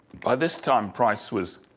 by this time, price was